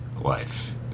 life